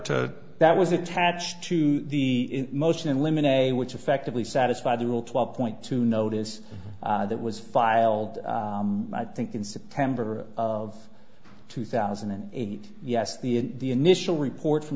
to that was attached to the motion in limine a which effectively satisfy the will twelve point two notice that was filed i think in september of two thousand and eight yes the the initial report from